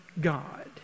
God